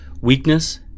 weakness